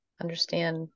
understand